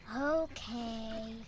Okay